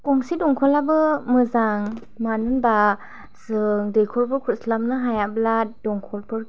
गंसे दमकलआबो मोजां मानो होनबा जों दैखरबो खुरस्लाबनो हायाब्ला दमकलफोर